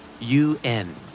UN